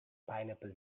pineapple